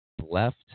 left